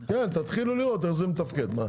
תתחילו לראות איך זה מתפקד.